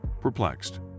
perplexed